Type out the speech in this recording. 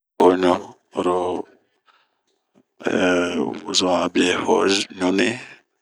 Hoɲu oro wozoma be hoɲun nih.